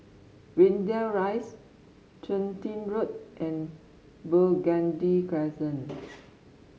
Greendale Rise Chun Tin Road and Burgundy Crescent